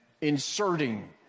inserting